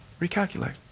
Recalculate